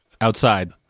outside